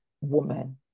woman